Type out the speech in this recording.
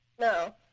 No